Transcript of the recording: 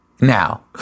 Now